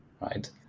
right